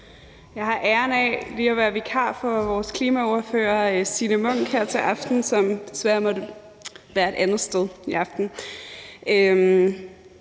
Jeg har æren af lige at være vikar for vores klimaordfører, Signe Munk, her til aften. Hun måtte desværre være et andet sted i aften.